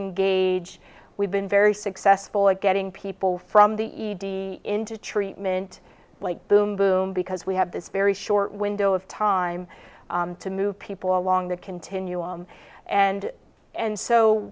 engage we've been very successful at getting people from the into treatment like boom boom because we have this very short window of time to move people along that continuum and and so